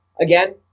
again